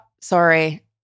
sorry